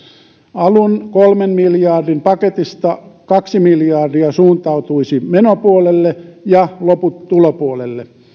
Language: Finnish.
alun kolmen miljardin paketista kaksi miljardia suuntautuisi menopuolelle ja loput tulopuolelle